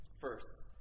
First